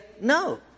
no